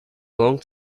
long